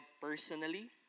personally